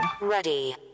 Ready